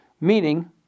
meaning